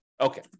Okay